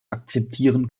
akzeptieren